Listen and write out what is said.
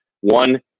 One